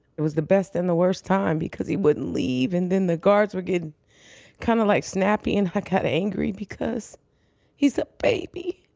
it was the best and the worst time, because he wouldn't leave, and then the guards were getting kinda kind of like snappy, and i got angry because he's a baby.